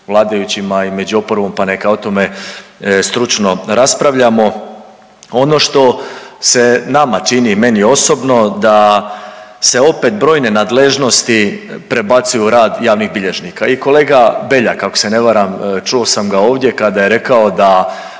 vladajućima i među oporbom, pa neka o tome stručno raspravljamo. Ono što se nama čini, meni osobno da se opet brojne nadležnosti prebacuju u rad javnih bilježnika. I kolega Beljak ako se ne varam, čuo sam ga ovdje kada je rekao da